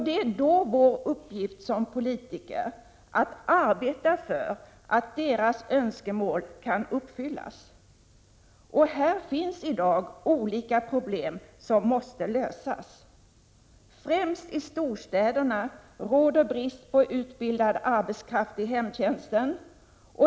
Det är då vår uppgift som politiker att arbeta för att deras önskemål kan uppfyllas.' Här finns i dag olika problem som måste lösas. Främst i storstäderna råder brist på utbildad arbetskraft i hemtjänsten.